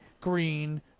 green